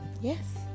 Yes